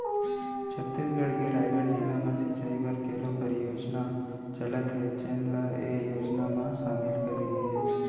छत्तीसगढ़ के रायगढ़ जिला म सिंचई बर केलो परियोजना चलत हे जेन ल ए योजना म सामिल करे गे हे